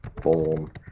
form